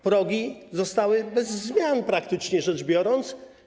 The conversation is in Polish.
Progi zostały bez zmian, praktycznie rzecz biorąc.